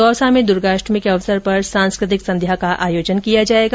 दौसा में द्र्गाष्टमी के अवसर पर सांस्कृतिक संध्या का आयोजन किया जाएगा